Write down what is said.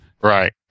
Right